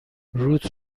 روت